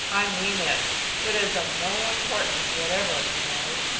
i mean it it is of no importance whatever, you know.